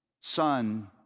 son